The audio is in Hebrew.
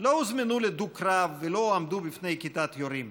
לא הוזמנו לדו-קרב ולא הועמדו בפני כיתת יורים.